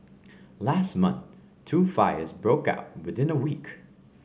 last month two fires broke out within a week